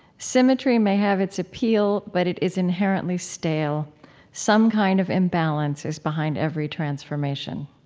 symmetry may have its appeal, but it is inherently stale some kind of imbalance is behind every transformation.